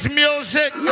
music